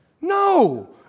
No